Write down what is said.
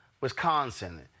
Wisconsin